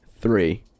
three